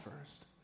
first